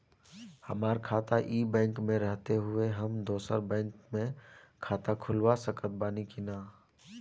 हमार खाता ई बैंक मे रहते हुये हम दोसर बैंक मे खाता खुलवा सकत बानी की ना?